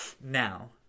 Now